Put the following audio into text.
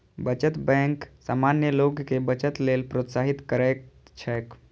बचत बैंक सामान्य लोग कें बचत लेल प्रोत्साहित करैत छैक